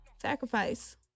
sacrifice